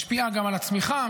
משפיעה גם על הצמיחה,